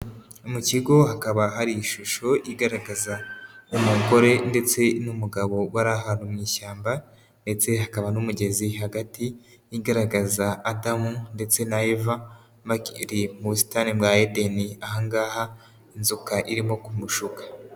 Mu kigo hakaba hari ishusho igaragaza umugore ndetse n'umugabo bari ahantu mu ishyamba ndetse hakaba n'umugezi hagati igaragaza adamu ndetse na eva bakiri mu busitani bwa edeni aha ngaha inzoka irimo kumushuka.